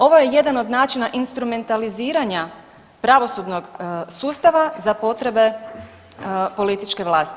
Ovo je jedan od načina instrumentaliziranja pravosudnog sustava za potrebe političke vlasti.